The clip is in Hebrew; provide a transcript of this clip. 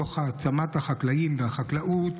תוך העצמת החקלאים והחקלאות,